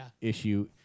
issue